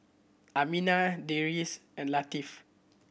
Aminah Deris and Latif